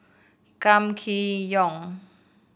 Kam Kee Yong